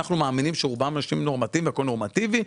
אנחנו מאמינים שרובם אנשים נורמטיבים והכול נורמטיבי.